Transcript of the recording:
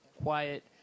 quiet